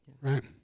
right